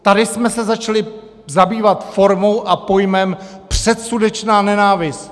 Tady jsme se začali zabývat formou a pojmem předsudečná nenávist.